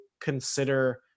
consider